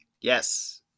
Yes